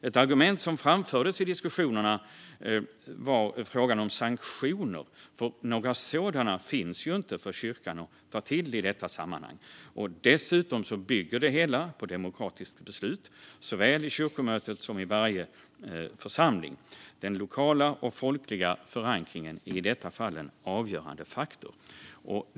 Ett argument som framfördes i diskussionerna var frågan om sanktioner, för några sådana finns inte för kyrkan att ta till i detta sammanhang. Dessutom bygger det hela på demokratiska beslut i såväl kyrkomötet som varje församling. Den lokala och folkliga förankringen är i detta fall en avgörande faktor.